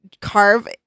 carve